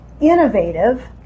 innovative